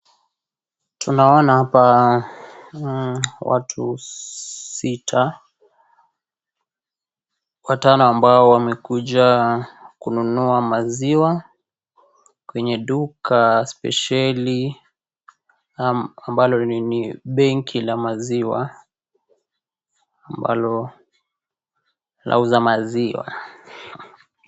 Tunaona hapa watu sita, watano ambao wamekuja kununua maziwa, kwenye duka spesheli ambalo ni benki la maziwa, ambalo lauza maziwa.